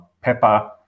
pepper